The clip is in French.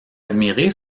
admirer